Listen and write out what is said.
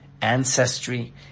ancestry